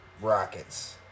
Rockets